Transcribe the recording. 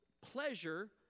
pleasure